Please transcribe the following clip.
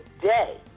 today